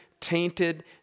tainted